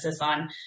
on